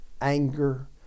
anger